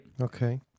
Okay